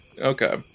Okay